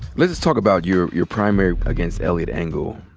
let's talk about your your primary against eliot engle.